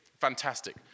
Fantastic